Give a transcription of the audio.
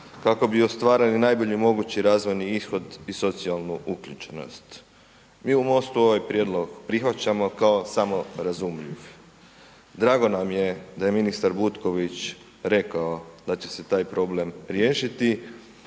kako bi ostvarili najbolji mogući razvojni ishod i socijalnu uključenost. Mi u MOST-u ovaj prijedlog prihvaćamo kao samorazumljiv. Drago nam je da je ministar Butković rekao da će se taj problem riješiti